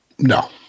no